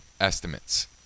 estimates